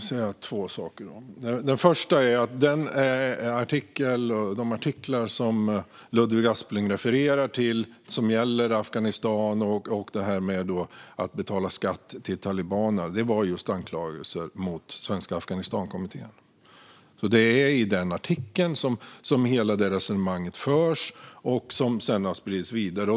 Fru talman! Jag vill säga två saker. Den första är att de artiklar som Ludvig Aspling refererar till och som gäller Afghanistan och skatt som betalas till talibanerna avser anklagelser mot Svenska Afghanistankommittén. Det är i den artikeln som hela det resonemang förs som sedan har spridits vidare.